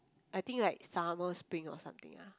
I think like summer spring or something ah